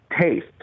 taste